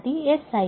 అది SIL